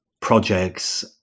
projects